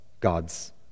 God's